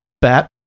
bat